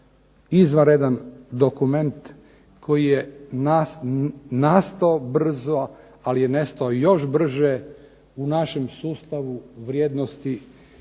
izvanredan dokument koji je nastao brzo, ali je nestao još brže u našem sustavu vrijednosti